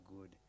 good